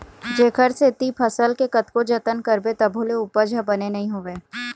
जेखर सेती फसल के कतको जतन करबे तभो ले उपज ह बने नइ होवय